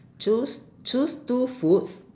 choose choose two foods